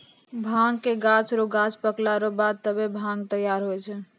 भांगक गाछ रो गांछ पकला रो बाद तबै भांग तैयार हुवै छै